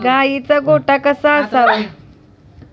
गाईचा गोठा कसा असावा?